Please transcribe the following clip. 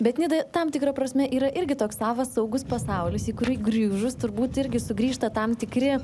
bet nida tam tikra prasme yra irgi toks savas saugus pasaulis į kurį grįžus turbūt irgi sugrįžta tam tikri